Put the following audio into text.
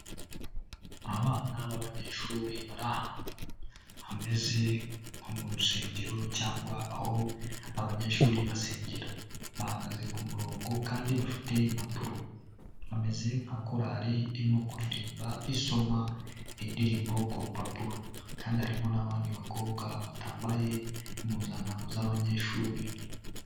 Abana b'abanyeshuri bari ahantu hameze, nko mu rusengero, cyangwa aho abanyeshuri basengera. Bahagaze ku murongo kandi bafite impapuro, bameze nka korali irimo kuririmba isoma indirimbo ku rupapuro, kandi harimo n'abandi bakobwa batambaye impuzankano z'abanyeshuri.